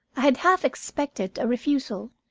i had half expected a refusal,